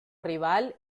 rival